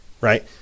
right